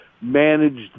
managed